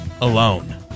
alone